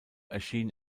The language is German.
erschien